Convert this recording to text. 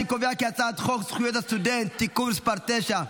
אני קובע כי הצעת חוק זכויות הסטודנט (תיקון מס' 9,